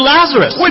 Lazarus